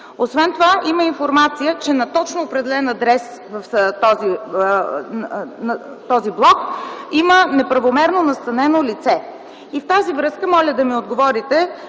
Освен това има информация, че на точно определен адрес в този блок има неправомерно настанено лице. В тази връзка моля да ми отговорите: